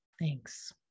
Thanks